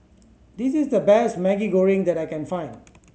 this is the best Maggi Goreng that I can find